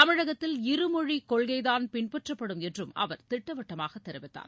தமிழகத்தில் இருமொழிகொள்கைதான் பின்பற்றப்படும் என்றும் அவர் திட்டவட்டமாகதெரிவித்தார்